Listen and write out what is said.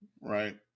Right